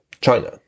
China